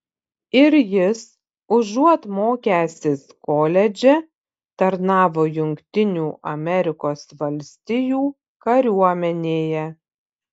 ir jis užuot mokęsis koledže tarnavo jungtinių amerikos valstijų kariuomenėje